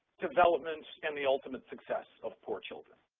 developments, and the ultimate success of poor children.